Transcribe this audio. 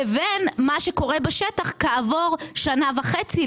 לבין מה שקורה בשטח כעבור שנה וחצי.